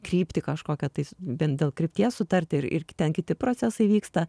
kryptį kažkokią tai bent dėl krypties sutarti ir ten kiti procesai vyksta